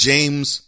James